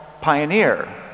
pioneer